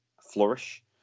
flourish